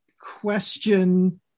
question